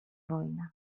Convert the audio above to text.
wojna